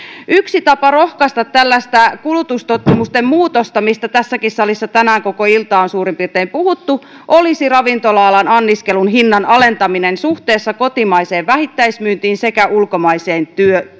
yksi tapa rohkaista tällaista kulutustottumusten muutosta mistä tässäkin salissa tänään koko ilta on suurin piirtein puhuttu olisi ravintola alan anniskelun hinnan alentaminen suhteessa kotimaiseen vähittäismyyntiin sekä ulkomaiseen